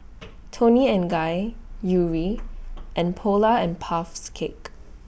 Toni and Guy Yuri and Polar and Puffs Cakes